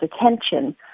attention